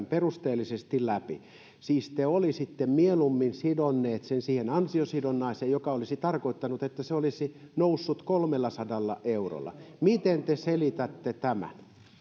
perusteellisesti läpi te olisitte siis mieluummin sitoneet sen siihen ansiosidonnaiseen mikä olisi tarkoittanut että se olisi noussut kolmellasadalla eurolla miten te selitätte tämän